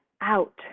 out